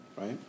right